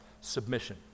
submission